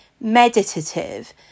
meditative